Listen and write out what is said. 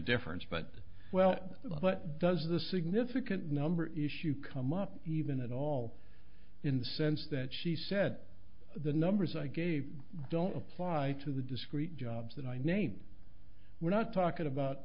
difference but well but does the significant number issue come up even at all in the sense that she said the numbers i gave don't apply to the discrete jobs that i named we're not talking